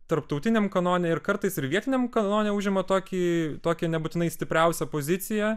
tarptautiniam kanone ir kartais ir vietiniam kanone užima tokį tokią nebūtinai stipriausią poziciją